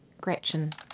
Gretchen